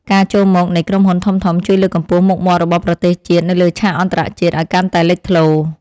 ការចូលមកនៃក្រុមហ៊ុនធំៗជួយលើកកម្ពស់មុខមាត់របស់ប្រទេសជាតិនៅលើឆាកអន្តរជាតិឱ្យកាន់តែលេចធ្លោ។